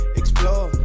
explore